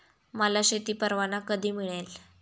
मला शेती परवाना कधी मिळेल?